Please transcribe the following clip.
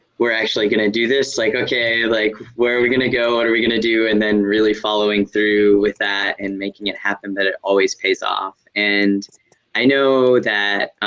we're actually gonna do this. like okay, like where are we gonna go, what are we gonna do? and then really following through with that and making it happen that it always pays off. and i know that